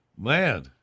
Man